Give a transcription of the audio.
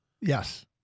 Yes